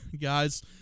guys